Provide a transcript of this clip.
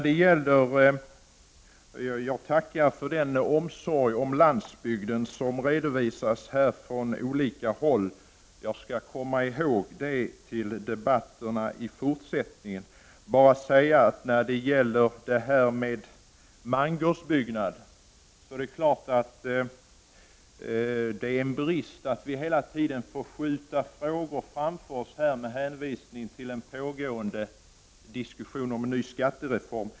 Jag tackar för den omsorg om landsbygdens utveckling som här visas från olika håll — jag skall komma ihåg det till debatterna i fortsättningen. Vad beträffar mangårdsbyggnader vill jag bara säga att det är en brist att vi hela tiden måste skjuta frågor framför oss med hänsyn till den pågående diskussionen om en ny skattereform.